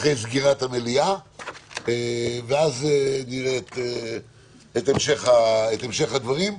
אחרי סגירת המליאה ואז נראה את המשך הדברים.